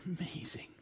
amazing